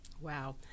Wow